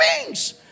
beings